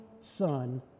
Son